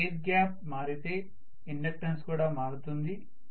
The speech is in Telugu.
మీ ఎయిర్ గ్యాప్ మారితే ఇండక్టన్స్ కూడా మారుతుంది